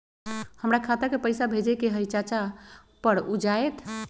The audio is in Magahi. हमरा खाता के पईसा भेजेए के हई चाचा पर ऊ जाएत?